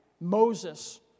Moses